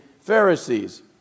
Pharisees